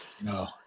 No